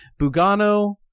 Bugano